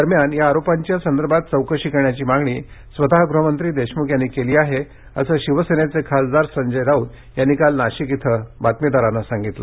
दरम्यान या आरोपांची संदर्भात चौकशी करण्याची मागणी स्वतः गृहमंत्री अनिल देशमुख यांनी केली आहे असं शिवसेनेचे खासदार संजय राऊत यांनी काल नाशिक इथं बातमीदारांना सांगितलं